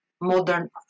modern